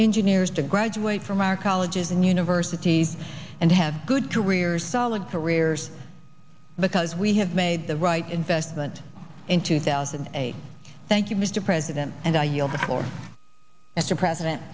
engineers to graduate from our colleges and universities and have good careers solid careers because we have made the right investment in two thousand and eight thank you mr president and i yield the floor as the president